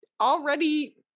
already